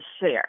share